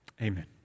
Amen